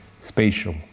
Spatial